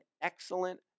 excellent